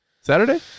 Saturday